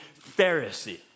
Pharisee